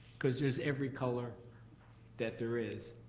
cause there's every color that there is,